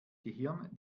gehirn